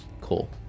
Cool